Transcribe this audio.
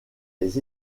les